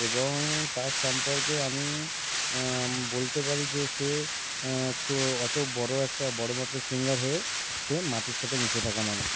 এবং তার সম্পর্কে আমি বলতে পারি যে সে অত বড় একটা বড় মাপের সিঙ্গার হয়েও সে মাটির সাথে মিশে থাকা মানুষ